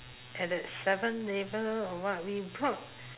at that seven or what we brought